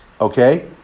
okay